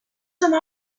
some